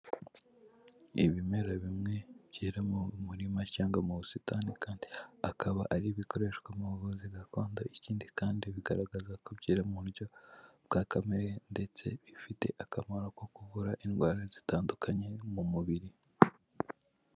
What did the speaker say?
Ibimera bimwe byera mu murima cyangwa mu busitani kandi akaba ari ibikoreshwa mu buvuzi gakondo, ikindi kandi bigaragaza ko bye mu buryo bwa kamere ndetse bifite akamaro ko ku kuvura indwara zitandukanye mu mubiri.